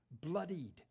Bloodied